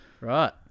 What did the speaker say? right